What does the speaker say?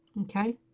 Okay